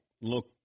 look